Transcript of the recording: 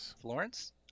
Florence